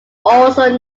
also